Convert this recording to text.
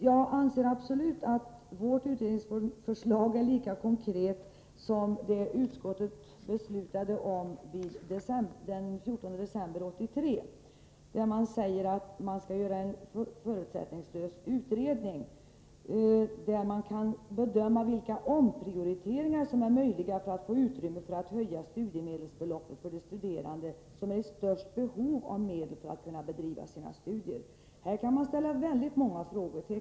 Jag anser absolut att vårt utbildningsförlag är lika konkret som det utskottet beslutade om den 14 december 1983, där man säger att det skall göras en förutsättningslös utredning för att bedöma vilka omprioriteringar som är möjliga för att få utrymme för att höja studiemedelsbeloppet för de studerande som är i störst behov av medel för att kunna bedriva sina studier. Här kan man ställa väldigt många frågetecken!